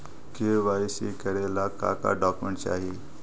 KYC करे ला का का डॉक्यूमेंट चाही?